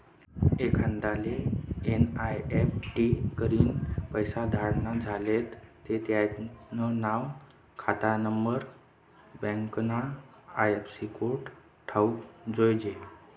एखांदाले एन.ई.एफ.टी करीन पैसा धाडना झायेत ते त्यानं नाव, खातानानंबर, बँकना आय.एफ.सी कोड ठावूक जोयजे